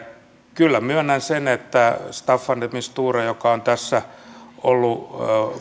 kyllä myönnän sen että vaikka staffan de mistura on tässä ollut